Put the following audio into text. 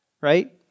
right